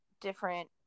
different